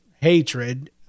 hatred